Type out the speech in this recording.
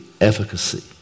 efficacy